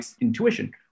Intuition